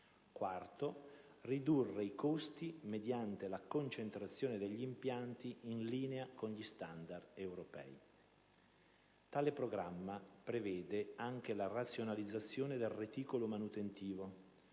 qualità; ridurre i costi mediante la concentrazione degli impianti, in linea con gli standard europei. Tale programma prevede anche la razionalizzazione del reticolo manutentivo,